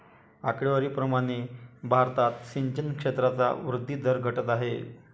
आकडेवारी प्रमाणे भारतात सिंचन क्षेत्राचा वृद्धी दर घटत आहे